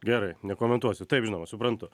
gerai nekomentuosit taip žinoma suprantu